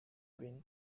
been